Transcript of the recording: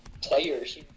players